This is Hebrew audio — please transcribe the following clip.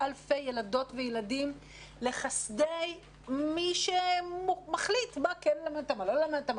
ואלפי ילדות וילדים לחסדי מי שמחליט מה כן ללמד אותם ומה לא ללמד אותם,